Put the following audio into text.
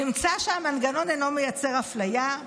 נמצא שהמנגנון אינו מייצר אפליה,